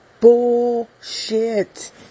bullshit